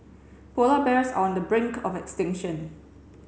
polar bears are on the brink of extinction